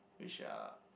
which are